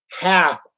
half